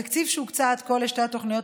התקציב שהוקצה עד כה לשתי התוכניות